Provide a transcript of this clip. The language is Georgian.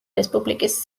რესპუბლიკის